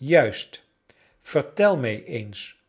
juist vertel mij eens